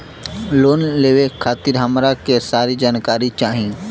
Loan लेवे खातीर हमरा के सारी जानकारी चाही?